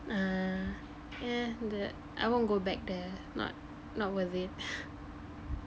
uh yeah I won't go back there not not worth it